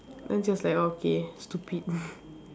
then she was like okay stupid